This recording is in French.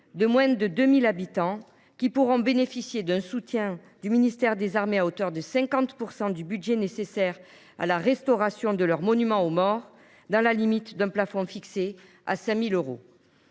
de moins de 2 000 habitants, lesquelles pourront bénéficier d’un soutien du ministère des armées à hauteur de 50 % du budget nécessaire à la restauration de leur monument aux morts, dans la limite d’un plafond fixé à 5 000 euros.